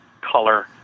color